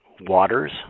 waters